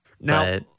Now